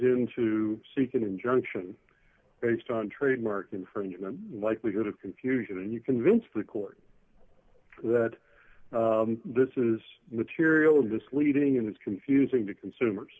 in to seek an injunction based on trademark infringement likelihood of confusion and you convince the court that this is material of this leading and it's confusing to consumers